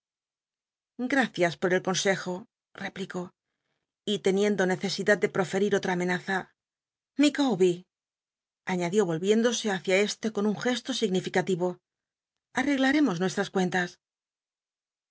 gracias por el consejo r'cplicó y teniendo necesidad de proferir otra amenaza micawber añadió volviéndo se luicia este con un gesto signilicaliyo arrcglarcmos nuestras cuentas